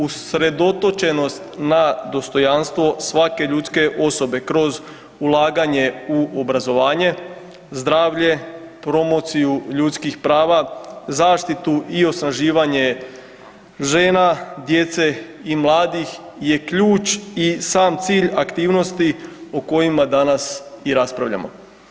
Usredotočenost na dostojanstvo svake ljudske osobe kroz ulaganje u obrazovanje, zdravlje, promociju ljudskih prava, zaštitu i osnaživanje žena, djece i mladih je ključ i sam cilj aktivnosti o kojima danas i raspravljamo.